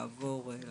לעבור את